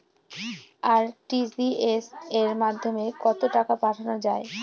RTGS এর মাধ্যমে কত টাকা পাঠানো যায়?